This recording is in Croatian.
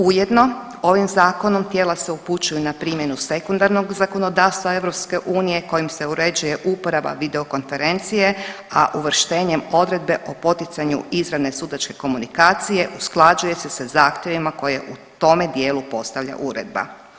Ujedno ovim zakonom tijela se upućuju na primjenu sekundarnog zakonodavstva EU kojim se uređuje uporaba videokonferencije, a uvrštenjem odredbe o poticanju izravne sudačke komunikacije usklađuje se sa zahtjevima koje u tome dijelu postavlja uredba.